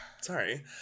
Sorry